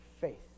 faith